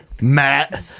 Matt